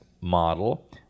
model